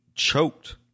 choked